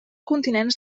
continents